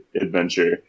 adventure